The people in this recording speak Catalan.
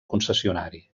concessionari